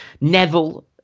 Neville